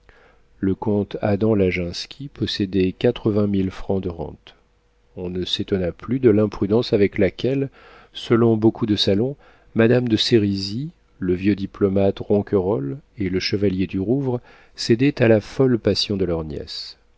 le comte adam laginski possédait quatre-vingt mille francs de rente on ne s'étonna plus de l'imprudence avec laquelle selon beaucoup de salons madame de sérizy le vieux diplomate ronquerolles et le chevalier du rouvre cédaient à la folle passion de leur